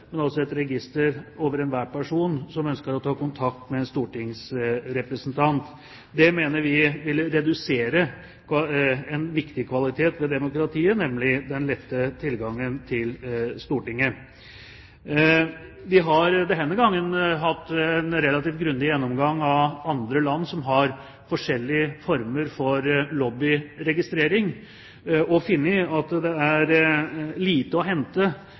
et register over enhver person som ønsker å ta kontakt med en stortingsrepresentant. Det mener vi vil redusere en viktig kvalitet ved demokratiet, nemlig den lette tilgangen til Stortinget. Vi har denne gangen hatt en relativt grundig gjennomgang av andre lands forskjellige former for lobbyregistrering og funnet at det er lite å hente